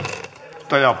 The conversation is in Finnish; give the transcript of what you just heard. herra